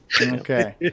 okay